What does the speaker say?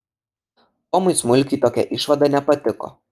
tomui smulkiui tokia išvada nepatiko